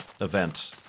event